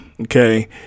okay